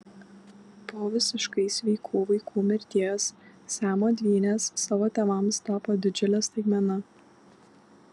po visiškai sveikų vaikų mirties siamo dvynės savo tėvams tapo didžiule staigmena